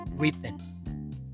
written